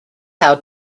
how